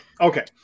Okay